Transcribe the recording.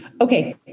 Okay